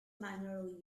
mineral